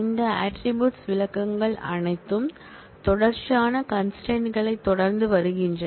இந்த ஆட்ரிபூட்ஸ் விளக்கங்கள் அனைத்தும் தொடர்ச்சியான கன்ஸ்ட்ரெயின்களைத் தொடர்ந்து வருகின்றன